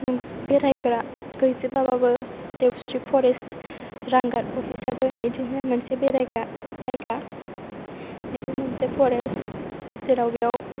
बेरायग्रा गैजोबाबाबो देवस्रि फरेस्ट रांगाद अफिस आबो बिदिनो मोनसे बेरायग्रा जायगा बेबो मोनसे फरेस्ट जेराव बेयाव